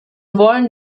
wollen